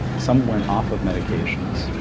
some went off of medications,